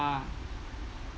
ah